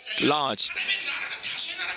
large